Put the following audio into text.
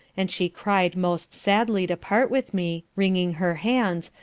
and she cry'd most sadly to part with me, wringing her hands,